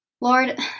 Lord